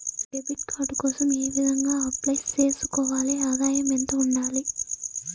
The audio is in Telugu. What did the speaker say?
డెబిట్ కార్డు కోసం ఏ విధంగా అప్లై సేసుకోవాలి? ఆదాయం ఎంత ఉండాలి?